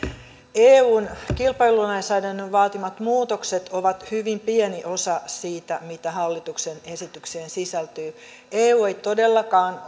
eun kilpailulainsäädännön vaatimat muutokset ovat hyvin pieni osa siitä mitä hallituksen esitykseen sisältyy eu ei todellakaan